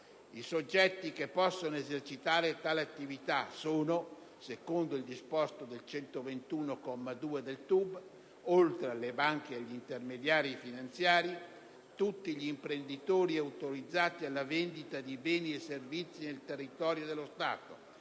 I soggetti che possono esercitare tale attività, secondo il disposto dell'articolo 121, comma 2, del TUB, oltre alle banche e agli intermediari finanziari, sono tutti gli imprenditori autorizzati alla vendita di beni e servizi nel territorio dello Stato,